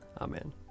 Amen